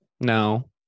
No